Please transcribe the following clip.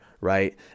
right